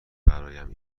برایم